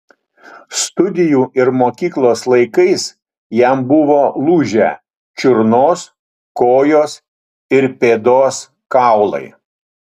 studijų ir mokyklos laikais jam buvo lūžę čiurnos kojos ir pėdos kaulai